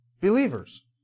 Believers